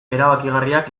erabakigarriak